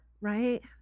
Right